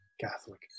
Catholic